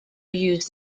use